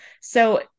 So-